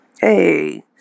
Hey